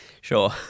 Sure